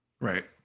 Right